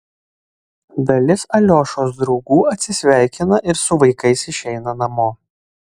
dalis aliošos draugų atsisveikina ir su vaikais išeina namo